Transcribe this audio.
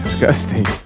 Disgusting